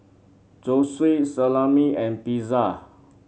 Zosui Salami and Pizza